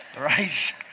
right